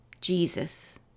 Jesus